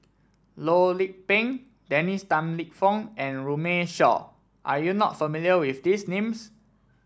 Loh Lik Peng Dennis Tan Lip Fong and Runme Shaw are you not familiar with these names